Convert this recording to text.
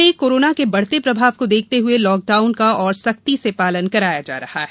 राज्य में कोरोना के बढ़ते प्रभाव को देखते हुए लॉकडाउन का और सख्ती से पालन कराया जा रहा है